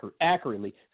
accurately